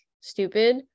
stupid